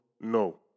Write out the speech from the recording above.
No